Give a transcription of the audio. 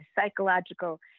psychological